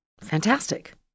fantastic